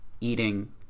eating